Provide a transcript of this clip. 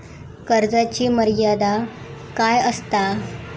कर्जाची मर्यादा काय असता?